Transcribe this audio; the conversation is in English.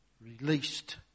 Released